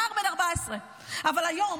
נער בן 14. אבל היום,